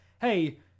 hey